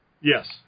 Yes